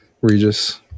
Regis